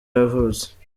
yavutse